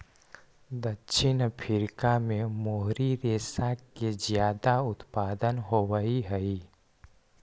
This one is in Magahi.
दक्षिण अफ्रीका में मोहरी रेशा के ज्यादा उत्पादन होवऽ हई